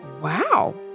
Wow